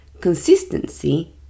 consistency